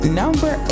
number